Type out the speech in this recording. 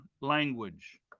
language